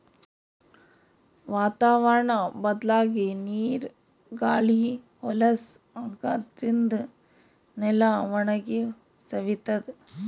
ವಾತಾವರ್ಣ್ ಬದ್ಲಾಗಿ ನೀರ್ ಗಾಳಿ ಹೊಲಸ್ ಆಗಾದ್ರಿನ್ದ ನೆಲ ಒಣಗಿ ಸವಿತದ್